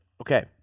Okay